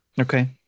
Okay